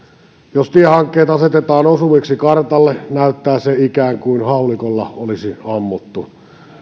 jos tiehankkeet asetetaan osumiksi kartalle näyttää se ikään kuin haulikolla olisi ammuttu